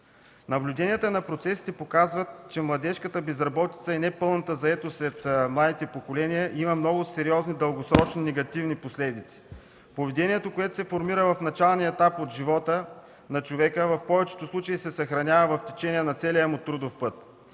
Наблюденията на процесите показват, че младежката безработица и непълната заетост сред младите поколения има много сериозни дългосрочни негативни последици. Поведението, което се формира в началния етап от живота на човека, в повечето случаи се съхранява в течение на целия му трудов път.